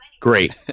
Great